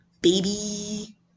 baby